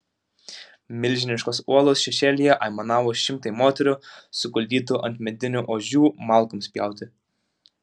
milžiniškos uolos šešėlyje aimanavo šimtai moterų suguldytų ant medinių ožių malkoms pjauti